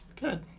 Good